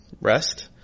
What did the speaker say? rest